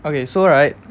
okay so right